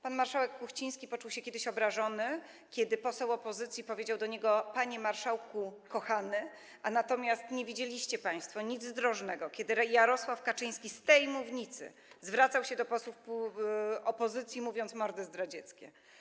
Pan marszałek Kuchciński poczuł się kiedyś obrażony, kiedy poseł opozycji powiedział do niego: Panie marszałku kochany, natomiast nie widzieliście państwo nic zdrożnego, kiedy Jarosław Kaczyński z tej mównicy zwracał się do posłów opozycji, mówiąc: mordy zdradzieckie.